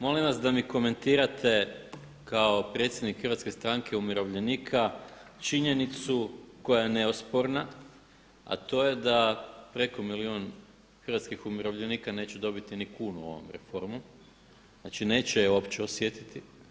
Molim vas da mi komentirate kao predsjednik Hrvatske stranke umirovljenika činjenicu koja je neosporna a to je da preko milijun hrvatskih umirovljenika neće dobiti ni kunu ovom reformom, znači neće je uopće osjetiti.